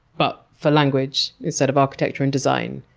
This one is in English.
but for language instead of architecture and design.